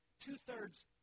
Two-thirds